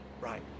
Right